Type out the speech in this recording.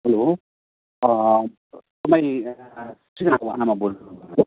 hello तपाईँ सृजनाको आमा बोल्नु